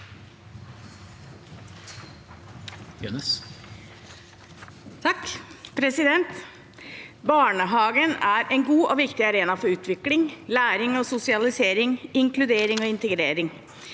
(H) Barnehagen er en god og viktig arena for utvikling, læring og sosialisering og for inkludering og integrering.